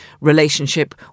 relationship